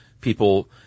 people